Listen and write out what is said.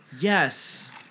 Yes